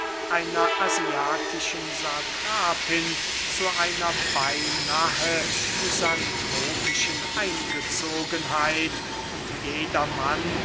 einer asiatischen satrapin zu einer beynahe misanthropischen eingezogenheit und jedermann